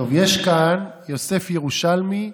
יש כאן יוסף ירושלמי,